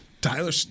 Tyler